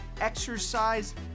exercise